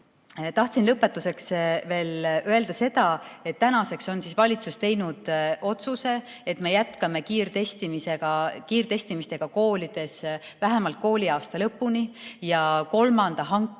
lõpetuseks veel öelda seda, et tänaseks on valitsus teinud otsuse, et me jätkame kiirtestimist koolides vähemalt kooliaasta lõpuni ja kolmanda hanke